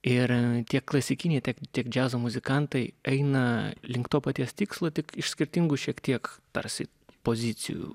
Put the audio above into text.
ir tiek klasikiniai tiek tiek džiazo muzikantai aina link to paties tikslo tik iš skirtingų šiek tiek tarsi pozicijų